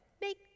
Make